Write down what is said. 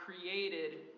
created